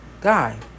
guy